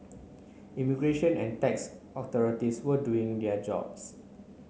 immigration and tax authorities were doing their jobs